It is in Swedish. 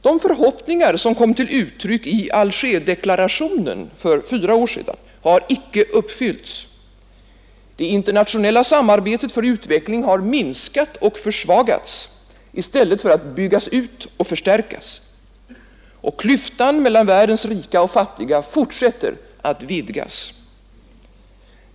De förhoppningar som kom till uttryck i Algerdeklarationen för fyra år sedan har inte uppfyllts. Det internationella samarbetet för utveckling har minskat och försvagats i stället för att byggas ut och förstärkas, och klyftan mellan världens rika och fattiga fortsätter att vidgas.